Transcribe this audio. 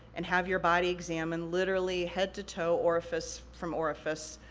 and have your body examined literally head to toe, orifice from orifice,